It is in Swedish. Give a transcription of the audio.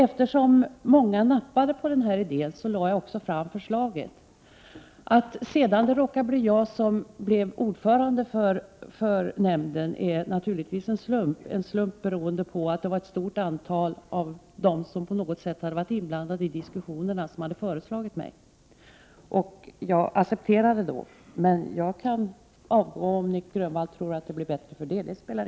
Eftersom många tog fasta på idén, lade jag fram ett förslag. Naturligtvis var det slumpen som gjorde att jag blev ordförande för nämnden. Ett stort antal av dem som på något sätt var inblandade i diskussionerna föreslog nämligen mig. Jag accepterade detta då, men jag kan avgå, om Nic Grönvall tror att det blir bättre om jag gör det.